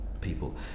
people